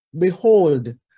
behold